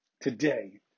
today